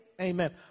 Amen